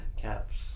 Caps